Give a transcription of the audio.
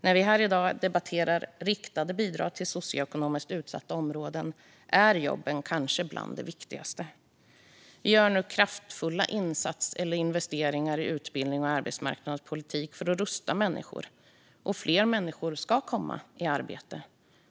När vi här i dag debatterar riktade bidrag till socioekonomiskt utsatta områden är jobben kanske bland det viktigaste. Vi gör nu kraftfulla investeringar i utbildning och arbetsmarknadspolitik för att rusta människor. Fler människor ska komma i arbete.